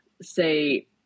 say